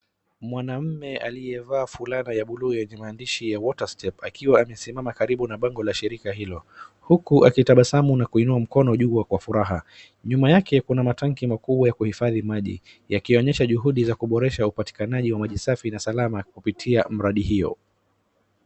Mwanamume aliyevaa fulana ya bluu yenye maandishi ya water step akiwa amesima karibu na bango la shirika hilo. Huku akitabasamu na kuinua mkono juu kwa furaha. Nyuma yake kuna matanki makubwa ya kuhifadhi maji yakionyesha juhudi za kuboresha upatikanaji wa maji safi na salama kupitia mradi hiyo.